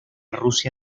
rusia